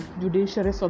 judiciary